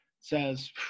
says